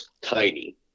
tiny